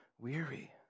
weary